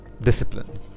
Discipline